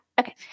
Okay